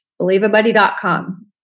Believeabuddy.com